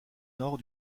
nord